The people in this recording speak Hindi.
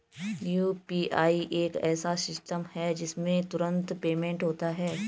यू.पी.आई एक ऐसा सिस्टम है जिससे तुरंत पेमेंट होता है